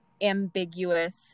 ambiguous